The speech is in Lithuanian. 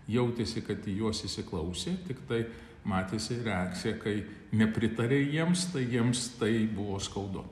jautėsi kad į juos įsiklausė tiktai matėsi reakcija kai nepritarė jiems tai jiems tai buvo skaudu